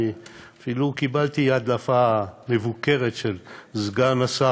אפילו קיבלתי הדלפה מבוקרת של סגן השר,